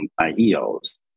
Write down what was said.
IEOs